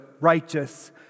righteous